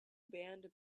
banned